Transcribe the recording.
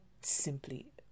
simply